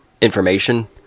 information